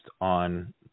on